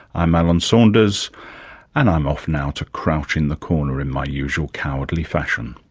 i'm alan saunders and i'm off now to crouch in the corner in my usual cowardly fashion